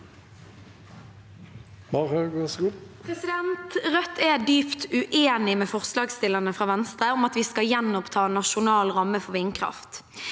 Rødt er dypt uenig med forslagsstillerne fra Venstre om at vi skal gjenoppta Nasjonal ramme for vindkraft.